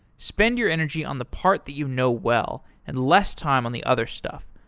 spend your energy on the part that you know well and less time on the other stuff.